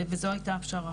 וזו הייתה הפשרה.